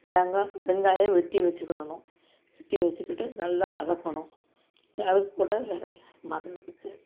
தேங்காய் வெங்காயம் வெட்டி வச்சிக்கிடுணும் வெட்டி வச்சிக்கிட்டு நல்லா வதக்கணும் அதுக்கூட வேற மறந்துடுச்சு